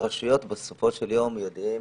בסופו של יום יודעות